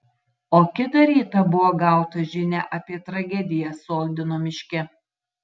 o kitą rytą buvo gauta žinia apie tragediją soldino miške